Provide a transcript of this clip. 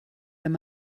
wenn